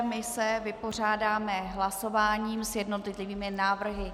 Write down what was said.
My se vypořádáme hlasováním s jednotlivými návrhy.